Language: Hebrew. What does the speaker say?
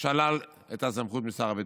שלל את הסמכות משר הביטחון.